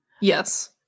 Yes